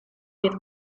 per